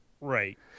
Right